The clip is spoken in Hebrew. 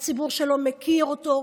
הציבור שלו מכיר אותו,